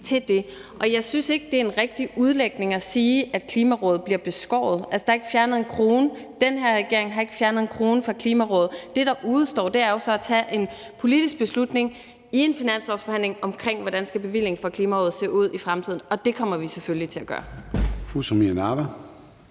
til det. Jeg synes ikke, at det er en rigtig udlægning at sige, at Klimarådet bliver beskåret. Altså, der er ikke fjernet en krone. Den her regering har ikke fjernet en krone fra Klimarådet. Det, der udestår, er jo så at tage en politisk beslutning i en finanslovsforhandling om, hvordan bevillingen til Klimarådet skal se ud i fremtiden, og det kommer vi selvfølgelig til at gøre. Kl.